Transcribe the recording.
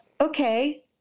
okay